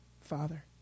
Father